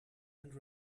and